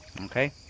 Okay